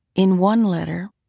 in one letter,